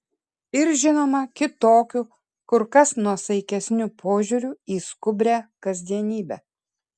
ir žinoma kitokiu kur kas nuosaikesniu požiūriu į skubrią kasdienybę